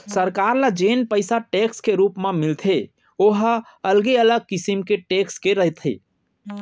सरकार ल जेन पइसा टेक्स के रुप म मिलथे ओ ह अलगे अलगे किसम के टेक्स के रहिथे